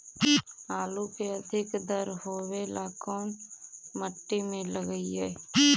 आलू के अधिक दर होवे ला कोन मट्टी में लगीईऐ?